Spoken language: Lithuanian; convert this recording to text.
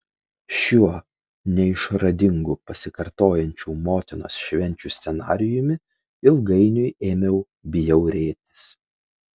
šiuo neišradingu pasikartojančių motinos švenčių scenarijumi ilgainiui ėmiau bjaurėtis